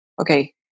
okay